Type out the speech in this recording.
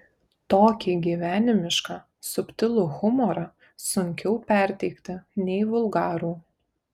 tokį gyvenimišką subtilų humorą sunkiau perteikti nei vulgarų